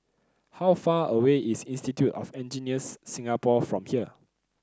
how far away is Institute of Engineers Singapore from here